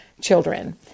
children